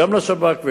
גם לזכות השב"כ,